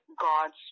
God's